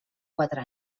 quatre